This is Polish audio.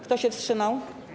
Kto się wstrzymał?